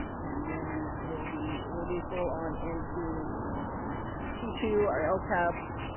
and then we'll be we'll be full on into p two, our lcap,